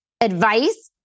advice